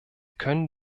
können